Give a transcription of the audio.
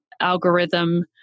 algorithm